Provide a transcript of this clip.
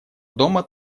дома